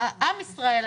עם ישראל,